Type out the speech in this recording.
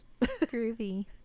Groovy